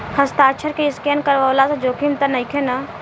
हस्ताक्षर के स्केन करवला से जोखिम त नइखे न?